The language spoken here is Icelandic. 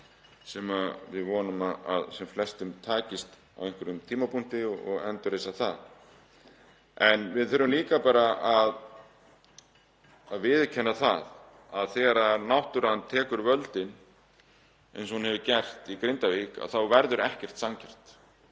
sem við vonum að sem flestum takist á einhverjum tímapunkti, og endurreisa bæinn. En við þurfum líka bara að viðurkenna að þegar náttúran tekur völdin eins og hún hefur gert í Grindavík þá verður ekkert sanngjarnt.